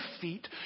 feet